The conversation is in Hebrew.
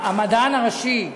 המדען הראשי,